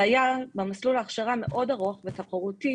הבעיה במסלול הכשרה מאוד ארוך ומאוד תחרותי,